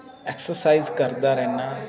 exercise ਕਰਦਾ ਰਹਿੰਦਾ